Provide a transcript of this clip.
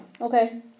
okay